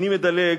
אני מדלג.